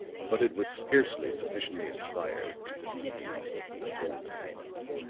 but it was scarcely sufficiently inspired to deceive an old hand.